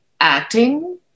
acting